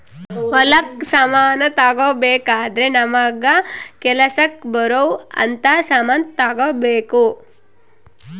ಹೊಲಕ್ ಸಮಾನ ತಗೊಬೆಕಾದ್ರೆ ನಮಗ ಕೆಲಸಕ್ ಬರೊವ್ ಅಂತ ಸಮಾನ್ ತೆಗೊಬೆಕು